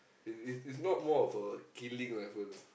it's it's it's not more of a killing rifle